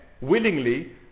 willingly